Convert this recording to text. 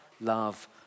love